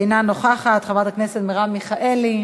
אינה נוכחת, חברת הכנסת מרב מיכאלי,